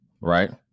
right